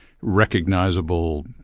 recognizable